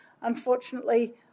unfortunately